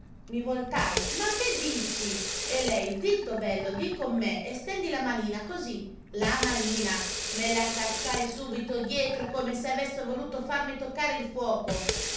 i voltai ma che dici e lei zitto bello di con me e stendi la manina così la manina me la cacciai subito dietro come se avesse voluto farmi toccare il fuoco